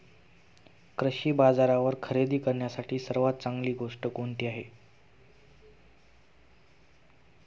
कृषी बाजारावर खरेदी करण्यासाठी सर्वात चांगली गोष्ट कोणती आहे?